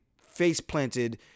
face-planted